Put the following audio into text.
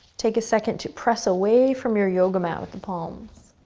take a second to press away from your yoga mat with the palms.